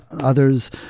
others